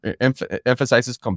emphasizes